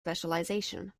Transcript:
specialization